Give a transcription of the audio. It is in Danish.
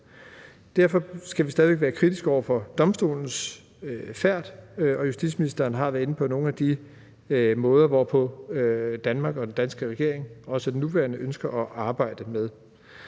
Derfor skal vi stadig være kritiske over for domstolens færd, og justitsministeren har været inde på nogle af de måder, som Danmark og den danske regering, også den nuværende, ønsker at arbejde på.